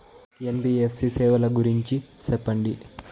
NBFC సేవల గురించి సెప్పండి?